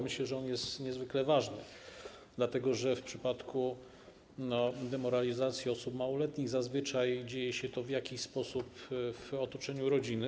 Myślę, że on jest niezwykle ważny, dlatego że w przypadku demoralizacji osób małoletnich zazwyczaj dzieje się to w jakiś sposób w otoczeniu rodziny.